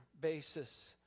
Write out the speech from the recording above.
basis